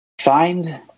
find